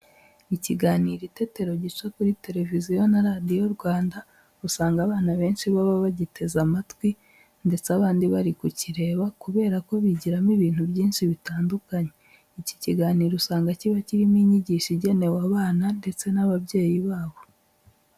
Ikiganiro Itetero gica kuri Televiziyo na Radiyo Rwanda, usanga abana benshi baba bagiteze amatwi ndetse abandi bari kukireba kubera ko bigiramo ibintu byinshi bitandukanye. Iki kiganiro usanga kiba kirimo inyigisho igenewe abana ndetse n'ababyeyi babo.